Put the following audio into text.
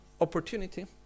opportunity